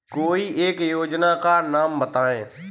कोई एक योजना का नाम बताएँ?